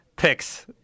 Picks